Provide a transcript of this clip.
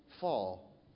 fall